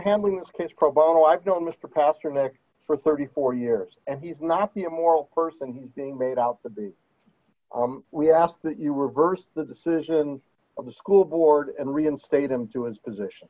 handling this case pro bono i've known mr pasternack for thirty four years and he's not the immoral person he's being made out to be we ask that you reverse the decision of the school board and reinstate him to his position